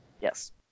Yes